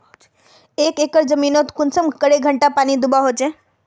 एक एकर जमीन नोत कुंसम करे घंटा पानी दुबा होचए?